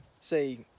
say